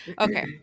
okay